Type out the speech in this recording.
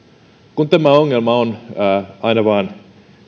kun tämä ongelma on aina vaan